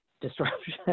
disruption